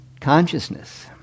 consciousness